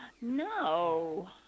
No